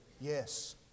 yes